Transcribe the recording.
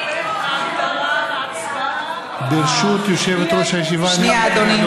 רגע, ההגדרה, ההצבעה, שנייה, אדוני.